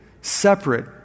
separate